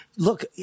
Look